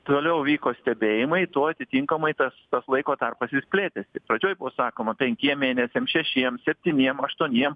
toliau vyko stebėjimai tuo atitinkamai tas tas laiko tarpas vis plėtėsi pradžioj buvo sakoma penkiem mėnesiam šešiem septyniem aštuoniem